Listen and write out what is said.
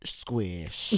squish